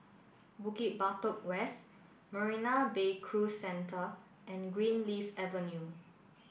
Bukit Batok West Marina Bay Cruise Centre and Greenleaf Avenue